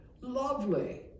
lovely